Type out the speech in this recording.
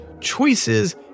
choices